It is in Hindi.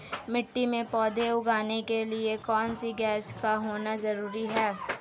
मिट्टी में पौधे उगाने के लिए कौन सी गैस का होना जरूरी है?